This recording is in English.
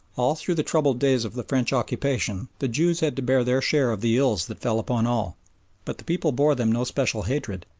all through the troubled days of the french occupation the jews had to bear their share of the ills that fell upon all but the people bore them no special hatred,